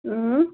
اۭں